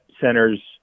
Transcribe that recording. centers